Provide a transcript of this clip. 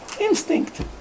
Instinct